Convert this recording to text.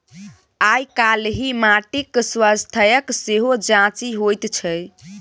आयकाल्हि माटिक स्वास्थ्यक सेहो जांचि होइत छै